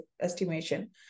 estimation